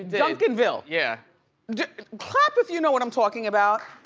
duncanville. yeah clap if you know what i'm talking about.